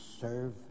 serve